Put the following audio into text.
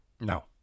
No